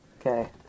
Okay